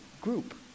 group